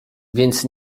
więc